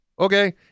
okay